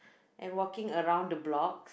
and walking around the block